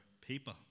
people